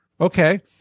Okay